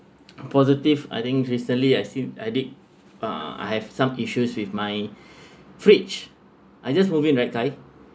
positive I think recently I seem I did uh I have some issues with my fridge I just moving right kyrie